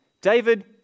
David